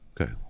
Okay